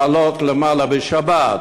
לעלות למעלה בשבת,